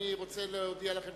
אני רוצה להודיע לכם,